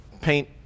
paint